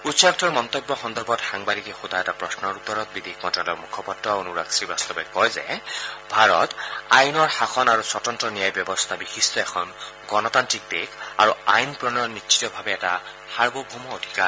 উচ্চায়ুক্তৰ মন্তব্য সন্দৰ্ভত সাংবাদিকে সোধা এটা প্ৰশ্নৰ উত্তৰত বিদেশ মন্ত্ৰালয়ৰ মুখপাত্ৰ অনুৰাগ শ্ৰীবাস্তৱে কয় যে ভাৰত আইনৰ শাসন আৰু স্বতন্ত্ৰ ন্যায় ব্যৱস্থা বিশিষ্ট এখন গণতান্ত্ৰিক দেশ আৰু আইন প্ৰণয়ন নিশ্চিতভাৱে এটা সাৰ্বভৌম অধিকাৰ